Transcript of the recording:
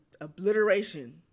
obliteration